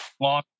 long